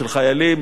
של חיילים,